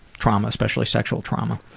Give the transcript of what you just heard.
trauma, especially sexual trauma.